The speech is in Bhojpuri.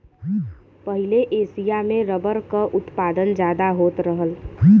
पहिले एसिया में रबर क उत्पादन जादा होत रहल